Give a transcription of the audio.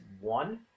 one